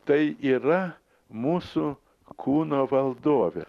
tai yra mūsų kūno valdovė